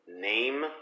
name